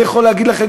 אני יכול להגיד לכם,